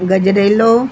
गजरेलो